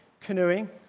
canoeing